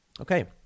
Okay